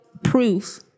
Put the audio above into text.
Proof